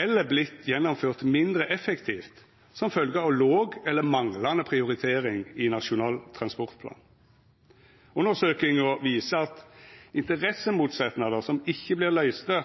eller gjennomført mindre effektivt som følgje av låg eller manglande prioritering i Nasjonal transportplan. Undersøkinga viser at interessemotsetnader som ikkje vert løyste